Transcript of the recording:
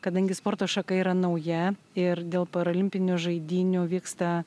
kadangi sporto šaka yra nauja ir dėl paralimpinių žaidynių vyksta